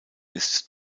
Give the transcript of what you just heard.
ist